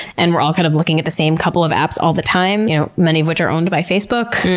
and we're all kind of looking at the same couple of apps all the time, you know many of which are owned by facebook.